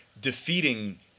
defeating